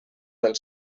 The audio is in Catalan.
del